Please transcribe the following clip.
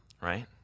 Right